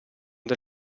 del